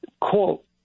quote